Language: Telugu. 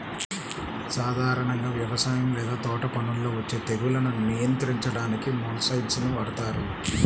సాధారణంగా వ్యవసాయం లేదా తోటపనుల్లో వచ్చే తెగుళ్లను నియంత్రించడానికి మొలస్సైడ్స్ ని వాడుతారు